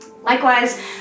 Likewise